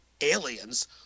aliens